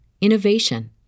innovation